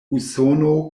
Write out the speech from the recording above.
usono